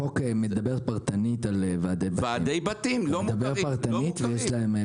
החוק מדבר על ועדי בתים פרטנית, ויש להם פטור.